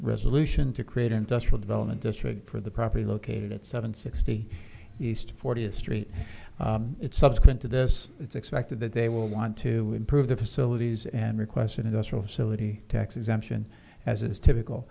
resolution to create industrial development district for the property located at seven sixty east fortieth street subsequent to this it's expected that they will want to improve the facilities and request an industrial facility tax exemption as is typical